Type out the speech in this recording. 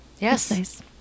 yes